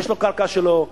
יש לו קרקע שלו,